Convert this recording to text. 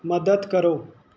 ਮਦਦ ਕਰੋ